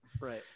Right